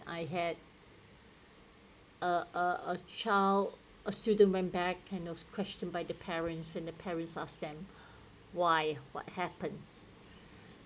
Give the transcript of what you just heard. I had a a a child a student went back and was questioned by the parents and the parents asked them why what happen